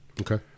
Okay